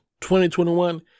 2021